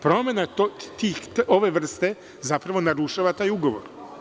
Promena ove vrste zapravo narušava taj ugovor.